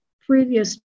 previous